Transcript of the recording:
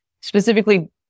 specifically